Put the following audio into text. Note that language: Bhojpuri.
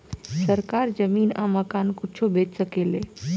सरकार जमीन आ मकान कुछो बेच सके ले